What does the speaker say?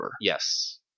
Yes